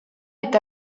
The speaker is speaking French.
est